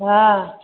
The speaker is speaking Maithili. हॅं